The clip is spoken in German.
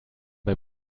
bei